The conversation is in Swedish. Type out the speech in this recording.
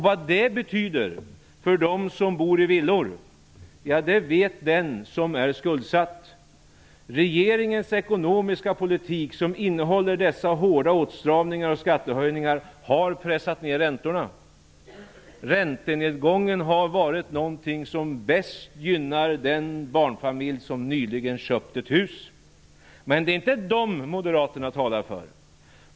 Vad det betyder för dem som bor i villor vet den som är skuldsatt. Regeringens ekonomiska politik som innehåller dessa hårda åtstramningar och skattehöjningar har pressat ned räntorna. Räntenedgången har bäst gynnat de barnfamiljer som just köpt ett hus. Men det är inte dem moderaterna talar för.